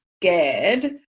scared